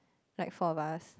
like four of us